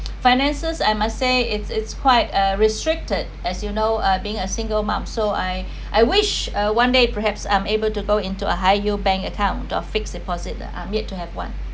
finances I must say it's it's quite uh restricted as you know being a single mom so I I wish a one day perhaps I'm able to go into a high yield bank account or fixed deposit I’m yet to have one